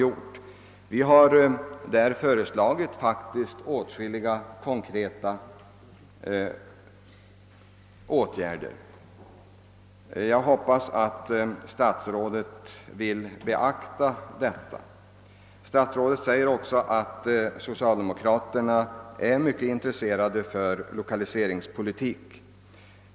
Landstinget har i sitt yttrande föreslagit åtskilliga konkreta åtgärder, som jag hoppas att statsrådet vill beakta. Vidare sade statsrådet att socialdemokraterna har ett mycket stort intresse för lokaliseringspolitiken.